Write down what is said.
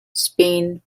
spain